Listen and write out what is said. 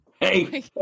Hey